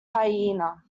hyena